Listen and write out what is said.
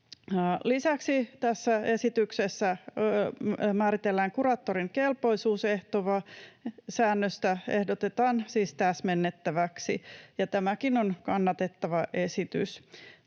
Lisäksi tässä esityksessä määritellään kuraattorin kelpoisuus. Kelpoisuusehtosäännöstä ehdotetaan siis täsmennettäväksi, ja tämäkin on kannatettava esitys.